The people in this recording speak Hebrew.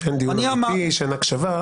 אבל יש עוד משהו אלה אשר נרצחו בשואה,